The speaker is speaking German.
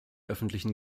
öffentlichen